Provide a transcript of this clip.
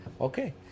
okay